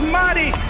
mighty